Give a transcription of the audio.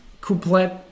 couplet